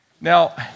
Now